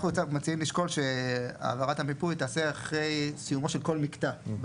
אנחנו מציעים לשקול שהעברת המיפוי תעשה אחרי סיומו של כל מקטע.